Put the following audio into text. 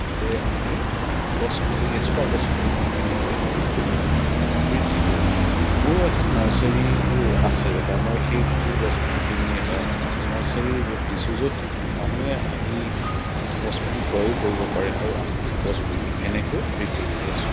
যে আমি গছপুলি এজোপা গছপুলিৰ পৰা কেনেকৈ আৰু বৃদ্ধি কৰোঁ মোৰো এখন নাৰ্ছাৰি আছে বা মই সেই গোটেই গছপুলিখিনি এটা নাৰ্ছাৰিৰ ৰূপ দিছোঁ য'ত মানুহে আহি গছপুলি ক্ৰয়ো কৰিব পাৰে আৰু আমি গছপুলি এনেকৈ বৃদ্ধি কৰি আছোঁ